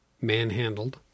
manhandled